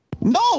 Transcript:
No